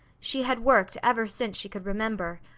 she had worked ever since she could remember.